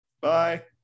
Bye